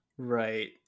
Right